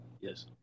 Yes